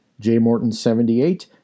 jmorton78